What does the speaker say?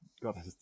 God